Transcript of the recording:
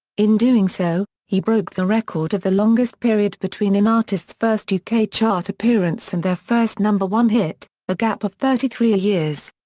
in doing so, he broke the record of the longest period between an artist's first yeah uk chart appearance and their first number one hit a gap of thirty three years.